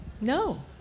No